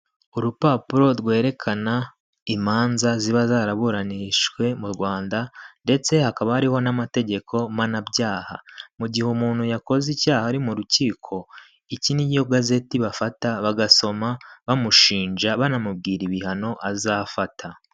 Urupapuro rwerekana imanza ziba zaraburanijwe mu rwanda; ndetse hakaba hariho n'amategeko mpanabyaha; mu gihe umuntu yakoze icyaha ari mu rukiko; iki niyo gazeti bafata bagasoma bamushinja, banamubwira ibihano azafata.